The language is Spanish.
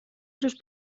sus